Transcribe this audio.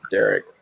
Derek